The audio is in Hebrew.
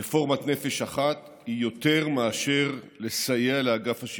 רפורמת "נפש אחת" היא יותר מאשר סיוע לאגף השיקום.